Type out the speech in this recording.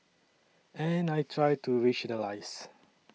and I try to rationalise